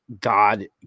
God